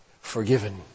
forgiven